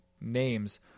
names